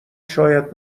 شاید